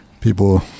people